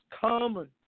common